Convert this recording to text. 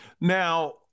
Now